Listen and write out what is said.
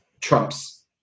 trumps